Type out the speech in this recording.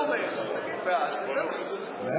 אתה תומך, אז תגיד "בעד" וזהו.